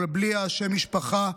אבל בלי שם המשפחה,